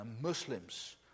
Muslims